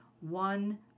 one